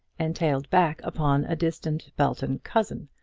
entailed back upon a distant belton cousin,